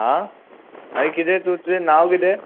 आं आनी किदें तूं नांव किदें